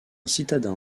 citadin